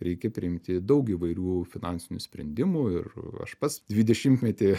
reikia priimti daug įvairių finansinių sprendimų ir aš pats dvidešimtmetį